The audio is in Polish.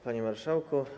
Panie Marszałku!